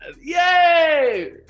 Yay